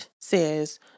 says